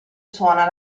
suona